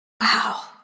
Wow